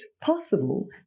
possible